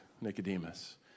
Nicodemus